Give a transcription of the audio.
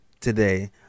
Today